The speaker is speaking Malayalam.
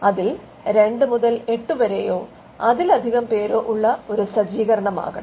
അതിൽ 2 മുതൽ 8 വരെയൊ അതിലധികം പേരോ ഉള്ള ഒരു സജീകരണമാകാം